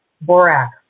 borax